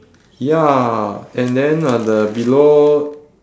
ya and then uh the below